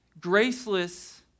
graceless